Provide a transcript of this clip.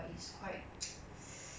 oh my god